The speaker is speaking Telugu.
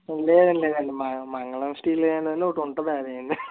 లేదండి లేదండి మ మంగళం స్టీల్ అని ఒకటి ఉంటుందండి